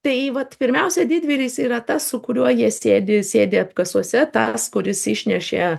tai vat pirmiausia didvyris yra tas su kuriuo jie sėdi sėdi apkasuose tas kuris išnešė